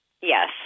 Yes